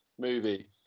movie